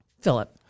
Philip